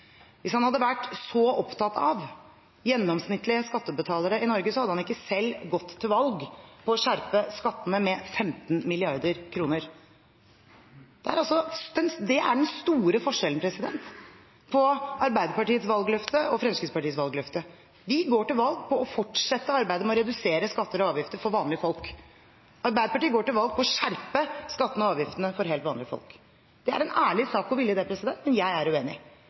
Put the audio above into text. Hvis han hadde vært så opptatt av gjennomsnittlige skattebetalere i Norge, hadde han ikke selv gått til valg på å skjerpe skattene med 15 mrd. kr. Det er den store forskjellen på Arbeiderpartiets valgløfte og Fremskrittspartiets valgløfte. Vi går til valg på å fortsette arbeidet med å redusere skatter og avgifter for vanlige folk, Arbeiderpartiet går til valg på å skjerpe skattene og avgiftene for helt vanlige folk. Det er en ærlig sak å ville det, men jeg er uenig.